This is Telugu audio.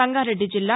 సంగారెడ్డి జిల్లా